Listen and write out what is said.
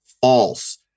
false